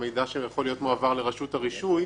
המידע שיכול להיות מועבר לרשות הרישוי.